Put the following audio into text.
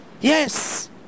Yes